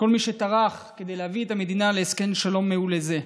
את כל מי שטרח כדי להביא את המדינה להסכם שלום מעולה זה,